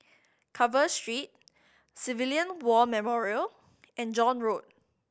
Carver Street Civilian War Memorial and John Road